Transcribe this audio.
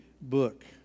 book